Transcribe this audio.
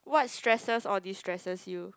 what stresses or distresses you